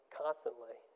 constantly